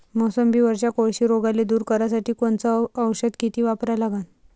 मोसंबीवरच्या कोळशी रोगाले दूर करासाठी कोनचं औषध किती वापरा लागन?